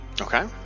Okay